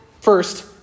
first